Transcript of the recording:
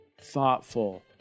thoughtful